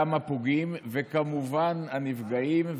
גם הפוגעים, וכמובן הנפגעים.